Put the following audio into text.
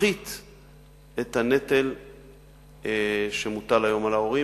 שתפחית את הנטל שמוטל היום על ההורים.